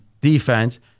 defense